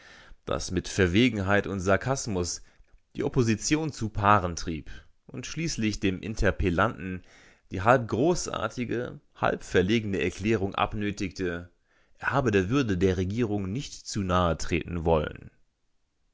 das mit verwegenheit und sarkasmus die opposition zu paaren trieb und schließlich dem interpellanten die halb großartige halb verlegene erklärung abnötigte er habe der würde der regierung nicht zu nahe treten wollen